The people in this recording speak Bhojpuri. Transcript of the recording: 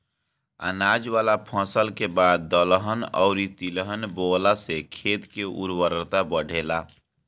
अनाज वाला फसल के बाद दलहन अउरी तिलहन बोअला से खेत के उर्वरता बढ़ेला